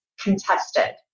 contested